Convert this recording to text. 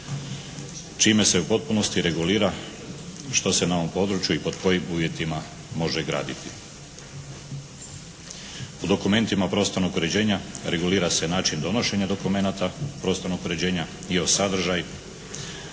čime se u potpunosti regulira što se na ovom području i pod kojim uvjetima može graditi. U dokumentima prostornog uređenja regulira se način donošenja dokumenata prostornog uređenja, njihov sadržaj